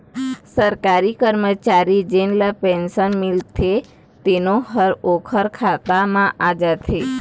सरकारी करमचारी जेन ल पेंसन मिलथे तेनो ह ओखर खाता म आ जाथे